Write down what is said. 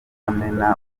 kamena